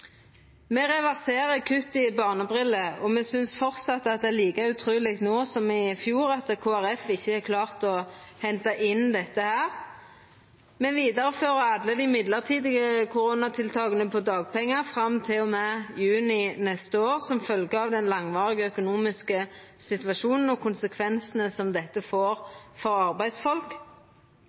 Me reverserer kuttet i barnebriller, og me synest fortsatt det er like utruleg no som i fjor at Kristeleg Folkeparti ikkje har klart å henta inn dette. Me vidarefører alle dei midlertidige koronatiltaka for dagpengar fram til og med juni neste år, som følgje av den langvarige økonomiske situasjonen og konsekvensane han får for arbeidsfolk.